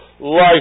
life